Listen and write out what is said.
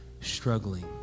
struggling